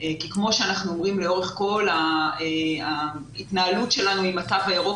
כי כמו שאנחנו אומרים לאורך כל ההתנהלות שלנו עם התו הירוק,